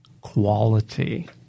quality